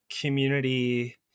community